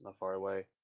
ah far away.